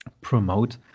promote